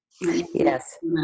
yes